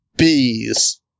bees